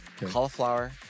cauliflower